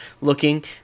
looking